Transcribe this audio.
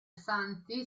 santi